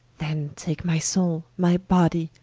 then take my soule my body,